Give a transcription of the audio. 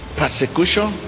persecution